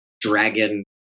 dragon